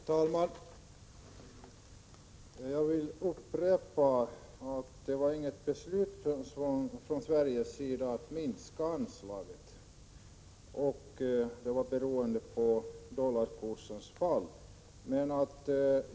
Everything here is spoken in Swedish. Herr talman! Jag vill upprepa att det inte har fattats något beslut från svensk sida om att minska anslaget, utan minskningen beror på dollarkursens fall.